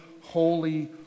holy